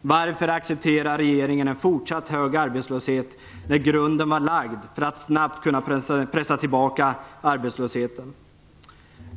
Varför accepterar regeringen en fortsatt hög arbetslöshet, när grunden var lagd för att arbetslösheten snabbt skulle kunna pressas tillbaka?